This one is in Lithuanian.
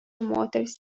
moters